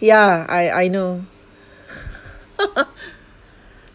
yeah I I know